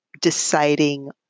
deciding